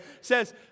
says